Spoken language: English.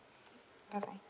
bye bye